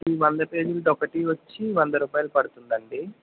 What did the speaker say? ఈ వంద పేజీలది ఒకటి వచ్చి వంద రూపాయలు పడుతుందండీ